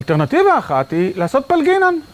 אלטרנטיבה אחת היא לעשות פלגינן